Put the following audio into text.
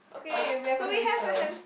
okay we are for hamster